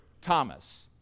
Thomas